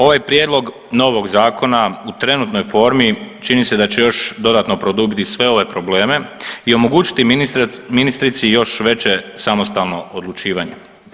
Ovaj prijedlog novog Zakona u trenutnoj formi čini se da će još dodatno produbiti sve ove probleme i omogućiti ministrici još veće samostalno odlučivanje.